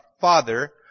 father